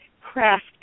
craft